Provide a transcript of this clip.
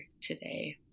today